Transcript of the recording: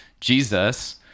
Jesus